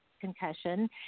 concussion